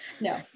No